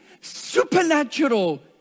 supernatural